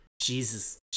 Jesus